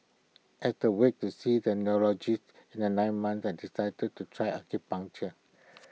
as the wait to see the neurologist in the nine months I decided to try acupuncture